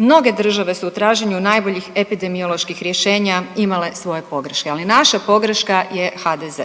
Mnoge države su u traženju najboljih epidemioloških rješenja imale svoje pogreške, ali naša pogreška je HDZ,